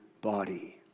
body